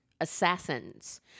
assassins